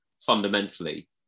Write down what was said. fundamentally